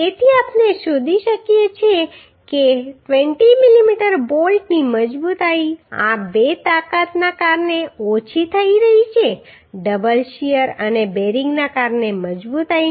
તેથી આપણે શોધી શકીએ છીએ કે 20 મીમી બોલ્ટની મજબૂતાઈ આ બે તાકાતના કારણે ઓછી થઈ રહી છે ડબલ શીયર અને બેરિંગને કારણે મજબૂતાઈ